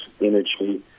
energy